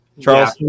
Charles